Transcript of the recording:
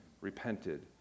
repented